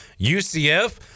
UCF